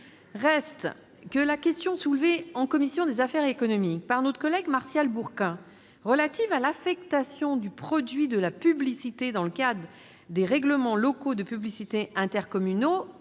Reste que la question soulevée en commission des affaires économiques par notre collègue Martial Bourquin sur l'affectation du produit de la publicité dans le cadre de RLP intercommunaux